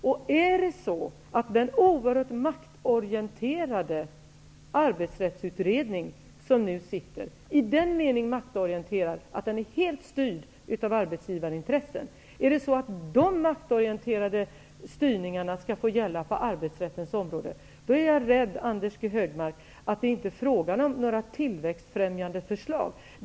Om den oerhört maktorienterade arbetsrättsutredning som nu sitter -- i den mening maktorienterad att den är helt styrd av arbetsgivarintressen -- skall gälla på arbetsrättens område, är jag rädd, Anders G Högmark, att det inte är frågan om några tillväxtfrämjande förslag.